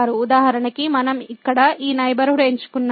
ఉదాహరణకు మనం ఇక్కడ ఈ నైబర్హుడ్ ఎంచుకున్నాము